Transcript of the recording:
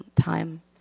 time